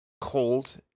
cold